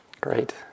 Great